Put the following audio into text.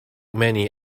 many